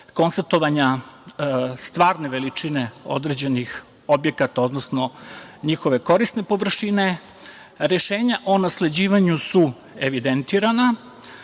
konstatovanja stvarne veličine određenih objekata, odnosno njihove korisne površine. Rešenja o nasleđivanju su evidentirana,